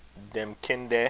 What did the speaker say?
dem kinde